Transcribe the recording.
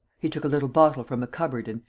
he took a little bottle from a cupboard and,